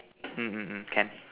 mm mm mm can